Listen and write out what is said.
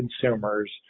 consumers